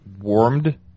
warmed